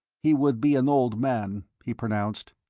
he would be an old man, he pronounced.